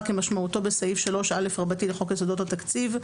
כמשמעותו בסעיף 3א לחוק יסודות התקציב,